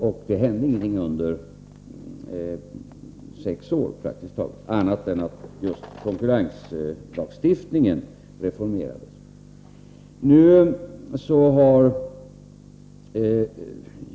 Under sex år hände praktiskt taget inte någonting, bortsett från att just konkurrenslagstiftningen reformerades.